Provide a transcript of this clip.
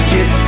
Get